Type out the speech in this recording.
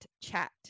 Chat